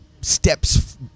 Steps